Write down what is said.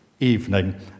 evening